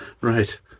right